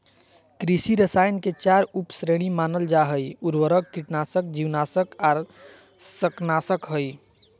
कृषि रसायन के चार उप श्रेणी मानल जा हई, उर्वरक, कीटनाशक, जीवनाशक आर शाकनाशक हई